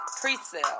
pre-sale